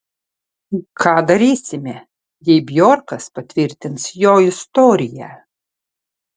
ką darysime jei bjorkas patvirtins jo istoriją